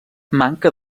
manca